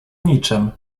niczym